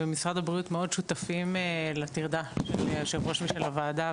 במשרד הבריאות מאוד שותפים לטרדה של יושב הראש ושל הוועדה,